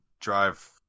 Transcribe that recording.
drive